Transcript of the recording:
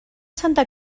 santa